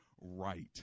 right